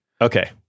Okay